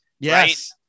Yes